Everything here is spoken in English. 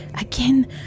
again